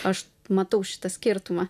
aš matau šitą skirtumą